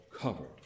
covered